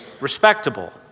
respectable